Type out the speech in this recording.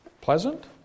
Pleasant